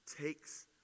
takes